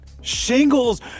shingles